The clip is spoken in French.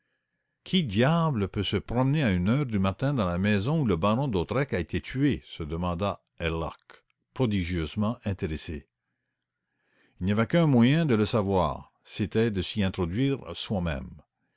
qui diable peut se promener à une heure du matin dans la maison où le baron d'hautois a été tué se demanda herlock prodigieusement intéressé fl n'y avait qu'un moyen de le savoir c'était de s'y introduire soi-même